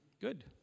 Good